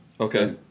Okay